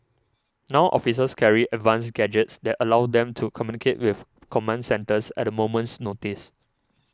now officers carry advanced gadgets that allow them to communicate with command centres at a moment's notice